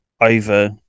over